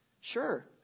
Sure